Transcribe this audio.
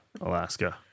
alaska